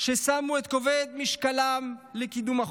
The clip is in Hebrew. ששמו את כובד משקלם לקידום החוק,